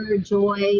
joy